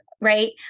right